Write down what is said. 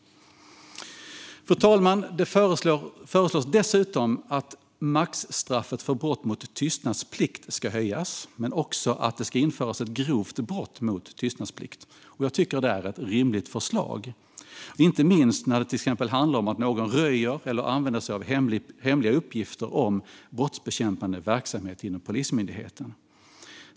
Fru talman! Det föreslås dessutom att maxstraffet för brott mot tystnadsplikt ska höjas men också att det ska införas ett grovt brott mot tystnadsplikt. Jag tycker att det är ett rimligt förslag, inte minst när det till exempel handlar om att någon röjer eller använder sig av hemliga uppgifter om brottsbekämpande verksamhet inom Polismyndigheten.